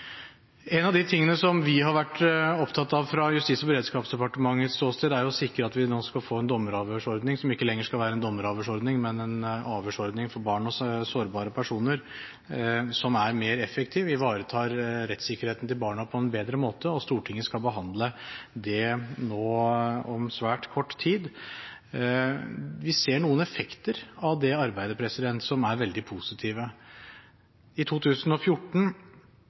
En av de tingene som vi har vært opptatt av fra Justis- og beredskapsdepartementets ståsted, er å sikre at vi nå skal få en dommeravhørsordning som ikke lenger skal være en dommeravhørsordning, men en avhørsordning for barn og sårbare personer, som er mer effektiv og ivaretar rettssikkerheten til barna på bedre måte. Stortinget skal behandle det nå om svært kort tid. Vi ser noen effekter av det arbeidet som er veldig positive. I 2014